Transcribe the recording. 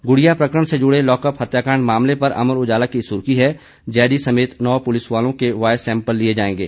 गुडिया प्रकरण से जुड़े लॉकअप हत्याकांड मामले पर अमर उजाला की सुर्खी है जैदी समेत नौ पुलिस वालों के वॉयस सेंपल लिए जाएंगे